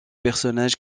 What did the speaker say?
personnages